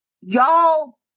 y'all